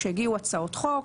כשהגיעו הצעות חוק